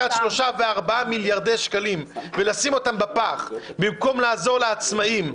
לקחת 3 4 מיליארדי שקלים ולשים אותם בפח במקום לעזור לעצמאים,